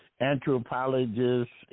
anthropologists